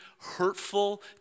hurtful